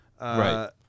Right